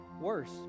worse